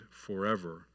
forever